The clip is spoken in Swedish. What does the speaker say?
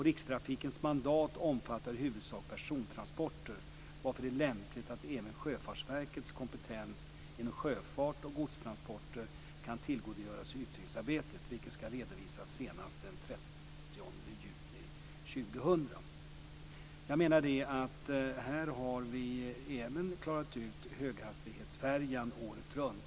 Rikstrafikens mandat omfattar i huvudsak persontransporter, varför det är lämpligt att man kan tillgodogöra sig även Sjöfartsverkets kompetens inom sjöfart och godstransporter i utredningsarbetet, vilket ska redovisas senast den Här har vi även klarat ut detta med höghastighetsfärja året runt.